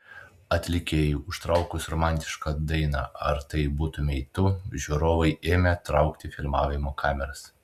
atlikėjui užtraukus romantišką dainą ar tai būtumei tu žiūrovai ėmė traukti filmavimo kameras